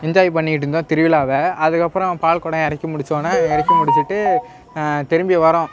enjoy பண்ணிகிட்டுருந்தோம் திருவிழாவை அதுக்கப்புறம் பால்குடம் இறக்கி முடிச்சோவுன்னே எடுத்து முடிச்சுட்டு திரும்பி வரோம்